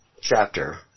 chapter